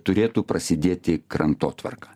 turėtų prasidėti krantotvarka